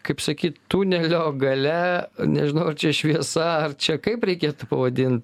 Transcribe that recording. kaip sakyt tunelio gale nežinau ar čia šviesa ar čia kaip reikėtų pavadint